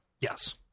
yes